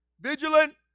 vigilant